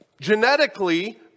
genetically